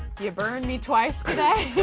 you burned me twice today.